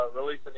release